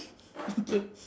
okay